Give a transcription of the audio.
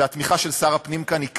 והתמיכה של שר הפנים כאן היא קריטית.